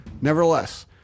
Nevertheless